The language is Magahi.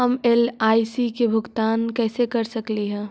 हम एल.आई.सी के भुगतान कैसे कर सकली हे?